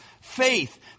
faith